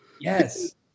Yes